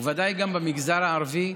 ובוודאי גם במגזר הערבי,